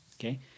Okay